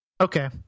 Okay